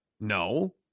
No